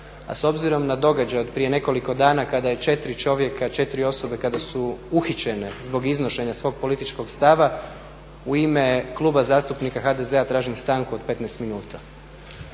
a s obzirom na događaj od prije nekoliko dana kada su 4 čovjeka, 4 osobe kada su uhićene zbog iznošenja svog političkog stava u ime Kluba zastupnika HDZ-a tražim stanku od 15 minuta.